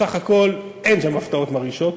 בסך הכול אין שם הפתעות מרעישות.